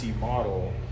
model